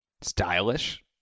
stylish